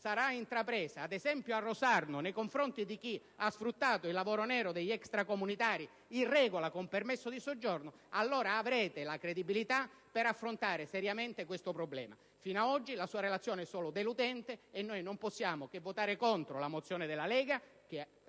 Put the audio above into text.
sarà intrapresa, ad esempio, a Rosarno nei confronti di chi ha sfruttato il lavoro nero degli extracomunitari in regola con il permesso di soggiorno, allora avrete la credibilità per affrontare seriamente questo problema. Ad oggi, la sua relazione è solo deludente e noi non possiamo che votare contro la mozione presentata dal